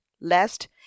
lest